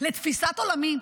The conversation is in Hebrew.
לתפיסת עולמי,